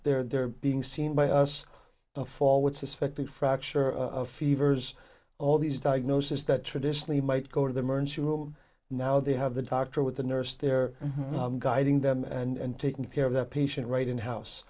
there they're being seen by us forward suspected fracture of fevers all these diagnosis that traditionally might go to the emergency room now they have the doctor with the nurse there guiding them and taking care of the patient right in house